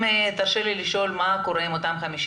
אם תרשה לי לשאול מה קורה עם אותם 50